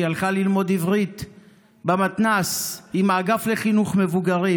היא הלכה ללמוד עברית במתנ"ס עם האגף לחינוך מבוגרים,